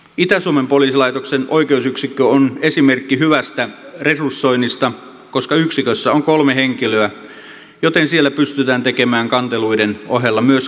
itä suomen poliisilaitoksen oikeusyksikkö on esimerkki hyvästä resursoinnista koska yksikössä on kolme henkilöä joten siellä pystytään tekemään kanteluiden ohella myös kattavaa laillisuusvalvontaa